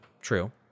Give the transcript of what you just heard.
true